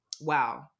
wow